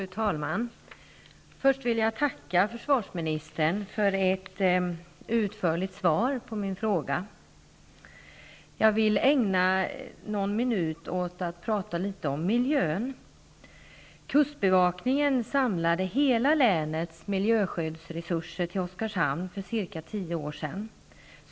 Fru talman! Först vill jag tacka försvarsministern för ett utförligt svar på min fråga. Jag vill ägna någon minut åt att tala om miljön. Kustbevakningen samlade hela länets miljöskyddsresurser till Oskarshamn för ca 10 år sedan.